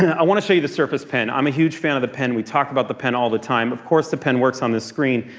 i want to show you the surface pen. i'm a huge fan of the pen. we talk about the pen all the time. of course, the pen works on this screen.